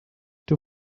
too